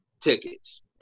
tickets